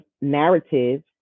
narrative